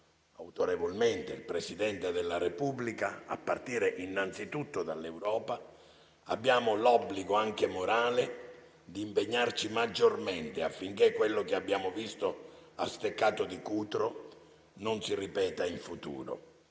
autorevolmente il Presidente della Repubblica - a partire innanzitutto dall'Europa, abbiamo l'obbligo anche morale di impegnarci maggiormente, affinché quello che abbiamo visto a Steccato di Cutro non si ripeta in futuro.